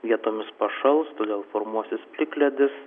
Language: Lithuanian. vietomis pašals todėl formuosis plikledis